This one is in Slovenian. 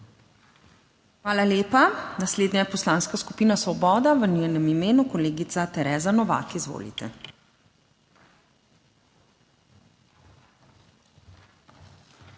Hvala lepa. Naslednja je Poslanska skupina Svoboda, v njenem imenu kolegica Tereza Novak. Izvolite.